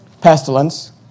pestilence